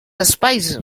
espais